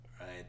right